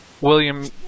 William